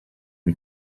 wie